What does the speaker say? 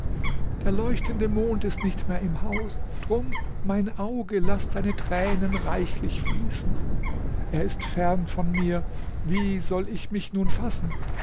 der leuchtende mond ist nicht mehr im hause drum mein auge laß deine tränen reichlich fließen er ist fern von mir wie soll ich mich nun fassen